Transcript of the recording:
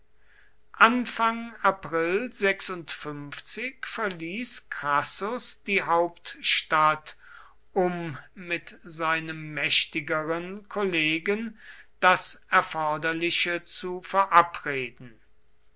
anfang april verließ crassus die hauptstadt um mit seinem mächtigeren kollegen das erforderliche zu verabreden